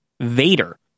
Vader